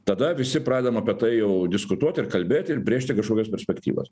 tada visi pradedam apie tai jau diskutuot ir kalbėt ir brėžti kažkokias perspektyvas